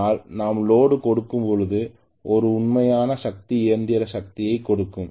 ஆனால் நாம் லோடு கொடுக்கும்பொழுது ஒரு உண்மையான சக்தி இயந்திர சக்தியை கொடுக்கும்